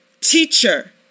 teacher